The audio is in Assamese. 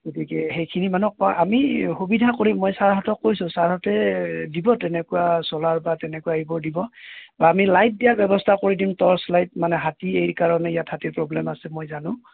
গতিকে সেইখিনি মানুহক অঁ আমি সুবিধা কৰিম মই চাৰহঁতক কৈছোঁ চাৰহঁতে দিব তেনেকুৱা চলাৰ বা তেনেকুৱা এইবোৰ দিব বা আমি লাইট দিয়াৰ ব্যৱস্থা কৰি দিম মানে টৰ্চ লাইট মানে হাতী এইকাৰণে ইয়াত হাতীৰ প্ৰব্লেম আছে মই জানোঁ